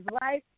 life